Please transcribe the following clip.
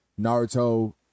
Naruto